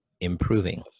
improving